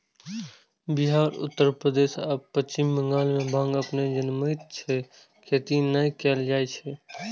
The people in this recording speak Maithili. बिहार, उत्तर प्रदेश आ पश्चिम बंगाल मे भांग अपने जनमैत छै, खेती नै कैल जाए छै